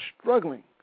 struggling